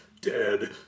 dead